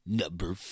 number